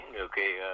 okay